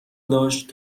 داشت